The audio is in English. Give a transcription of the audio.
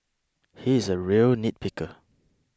he is a real nitpicker